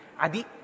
adi